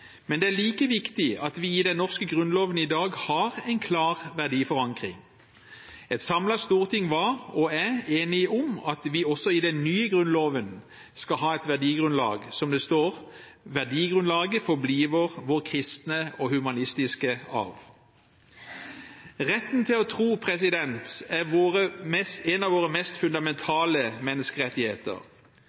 Men det er like viktig at vi i den norske grunnloven i dag har en klar verdiforankring. Et samlet storting var og er enig om at vi også i den nye grunnloven skal ha et verdigrunnlag – som det står: «Verdigrunnlaget forblir vår kristne og humanistiske arv». Retten til å tro er en av våre mest fundamentale menneskerettigheter.